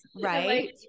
right